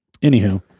anywho